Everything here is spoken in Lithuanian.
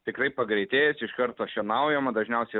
tikrai pagreitėjęs iš karto šienaujama dažniausiai